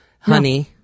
Honey